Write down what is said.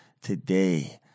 today